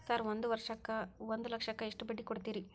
Sir ಒಂದು ವರ್ಷಕ್ಕ ಒಂದು ಲಕ್ಷಕ್ಕ ಎಷ್ಟು ಬಡ್ಡಿ ಕೊಡ್ತೇರಿ?